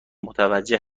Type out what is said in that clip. متوجه